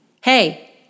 Hey